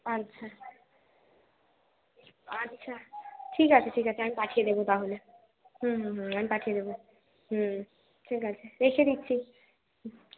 আচ্ছা আচ্ছা ঠিক আছে ঠিক আছে আমি পাঠিয়ে দেব তাহলে হুম হুম হুম আমি পাঠিয়ে দেব হুম ঠিক আছে রেখে দিচ্ছি হুঁ